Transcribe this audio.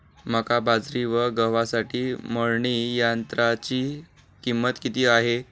मका, बाजरी व गव्हासाठी मळणी यंत्राची किंमत किती आहे?